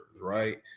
right